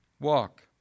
Walk